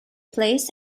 placed